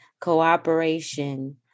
cooperation